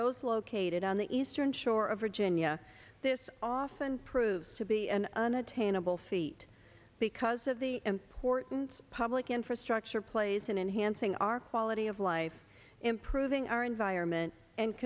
those located on the eastern shore of virginia this often proves to be an unattainable feat because of the importance of public infrastructure plays in enhancing our quality of life improving our environment and